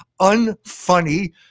unfunny